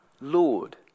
Lord